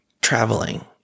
traveling